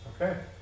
okay